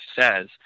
says